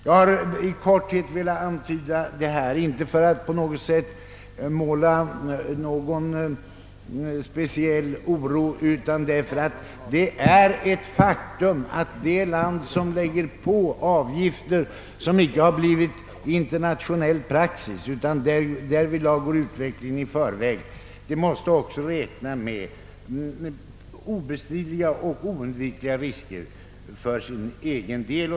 Jag har i korthet velat antyda detta inte för att måla någon mörk bild av läget, utan därför att det är ett faktum, att det land, som går utvecklingen i förväg och lägger på avgifter som inte har blivit internationell praxis, måste räkna med risker för egen del.